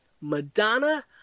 Madonna